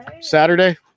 Saturday